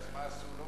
ואז מה עשו לו?